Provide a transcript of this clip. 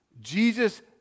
Jesus